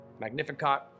Magnificat